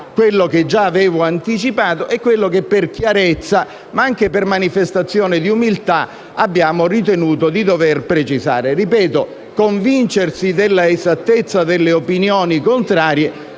quello che avevo già anticipato e quello che per chiarezza, ma anche per manifestazione di umiltà, abbiamo ritenuto di dover precisare. Ripeto che convincersi dell'esattezza delle opinioni contrarie